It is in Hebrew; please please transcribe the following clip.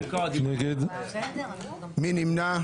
4. מי נמנע?